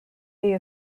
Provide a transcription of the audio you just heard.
way